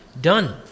done